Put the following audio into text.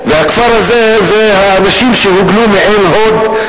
אנשי הכפר הזה הם האנשים שהוגלו מעין-הוד.